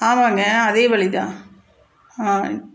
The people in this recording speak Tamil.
ஆமாங்க அதே வழிதான்